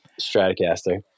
Stratocaster